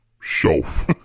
shelf